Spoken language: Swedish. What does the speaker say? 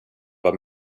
bar